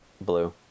Blue